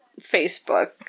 Facebook